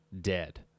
dead